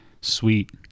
sweet